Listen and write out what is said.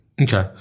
okay